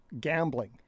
gambling